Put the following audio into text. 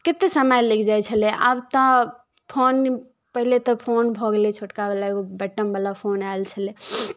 कते समय लागि जाइत छलै आब तऽ फोन पहिले तऽ फोन भऽ गेलै छोटका बला एगो बटम बला फोन आयल छलै